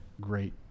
great